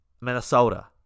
Minnesota